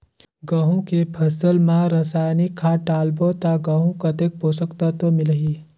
गंहू के फसल मा रसायनिक खाद डालबो ता गंहू कतेक पोषक तत्व मिलही?